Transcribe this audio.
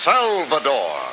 Salvador